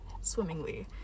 swimmingly